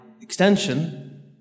extension